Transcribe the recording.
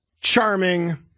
charming